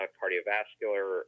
cardiovascular